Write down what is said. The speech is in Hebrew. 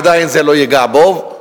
עדיין זה לא ייגע בו.